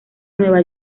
nueva